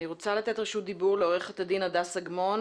אני רוצה לתת רשות דיבור לעורכת הדין הדס אגמון,